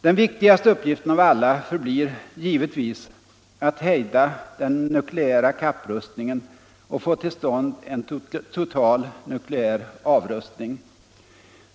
Den viktigaste uppgiften av alla förblir givetvis att hejda den nukleära kapprustningen och få till stånd en total nukleär avrustning.